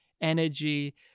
energy